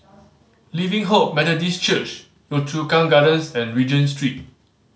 Living Hope Methodist Church Yio Chu Kang Gardens and Regent Street